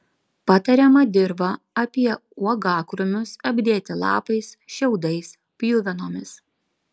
patariama dirvą apie uogakrūmius apdėti lapais šiaudais pjuvenomis